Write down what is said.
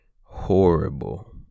horrible